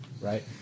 right